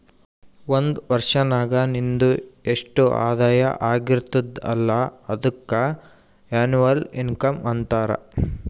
ಒಂದ್ ವರ್ಷನಾಗ್ ನಿಂದು ಎಸ್ಟ್ ಆದಾಯ ಆಗಿರ್ತುದ್ ಅಲ್ಲ ಅದುಕ್ಕ ಎನ್ನವಲ್ ಇನ್ಕಮ್ ಅಂತಾರ